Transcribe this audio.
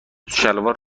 شلوار